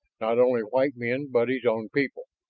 not only white men but his own people.